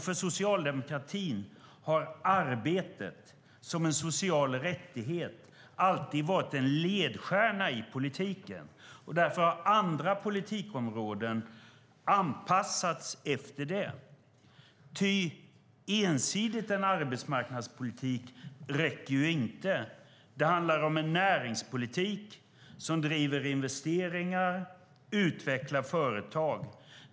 För socialdemokratin har arbete som en social rättighet alltid varit en ledstjärna i politiken. Därför har andra politikområden anpassats efter det. Ty en arbetsmarknadspolitik ensidigt räcker inte. Det handlar om en näringspolitik som driver investeringar och gör att företagen utvecklas.